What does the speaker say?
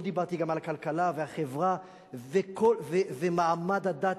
לא דיברתי גם על הכלכלה והחברה ומעמד הדת.